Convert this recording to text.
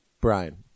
Brian